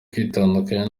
kwitandukanya